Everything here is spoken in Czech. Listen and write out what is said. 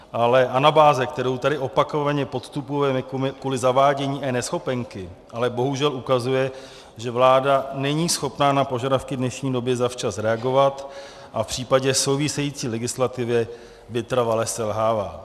Ale anabáze, kterou tady opakovaně podstupujeme kvůli zavádění eNeschopenky, bohužel ukazuje, že vláda není schopná na požadavky dnešní doby zavčas reagovat a v případě související legislativy vytrvale selhává.